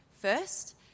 first